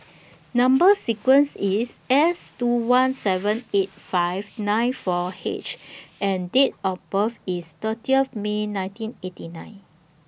Number sequence IS S two one seven eight five nine four H and Date of birth IS thirty of May nineteen eighty nine